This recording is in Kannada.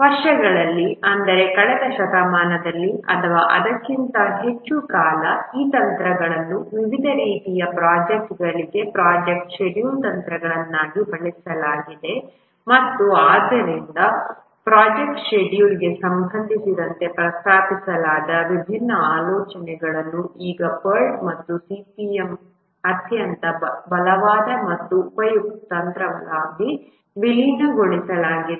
ವರ್ಷಗಳಲ್ಲಿ ಅಂದರೆ ಕಳೆದ ಶತಮಾನದಲ್ಲಿ ಅಥವಾ ಅದಕ್ಕಿಂತ ಹೆಚ್ಚು ಕಾಲ ಈ ತಂತ್ರಗಳನ್ನು ವಿವಿಧ ರೀತಿಯ ಪ್ರೊಜೆಕ್ಟ್ಗಳಿಗೆ ಪ್ರೊಜೆಕ್ಟ್ ಶೆಡ್ಯೂಲ್ ತಂತ್ರಗಳನ್ನಾಗಿ ಬಳಸಲಾಗಿದೆ ಮತ್ತು ಆದ್ದರಿಂದ ಪ್ರೊಜೆಕ್ಟ್ ಶೆಡ್ಯೂಲ್ಗೆ ಸಂಬಂಧಿಸಿದಂತೆ ಪ್ರಸ್ತಾಪಿಸಲಾದ ವಿಭಿನ್ನ ಆಲೋಚನೆಗಳನ್ನು ಈಗ PERT ಮತ್ತು CPM ಅತ್ಯಂತ ಬಲವಾದ ಮತ್ತು ಉಪಯುಕ್ತ ತಂತ್ರವಾಗಿ ವಿಲೀನಗೊಳಿಸಲಾಗಿದೆ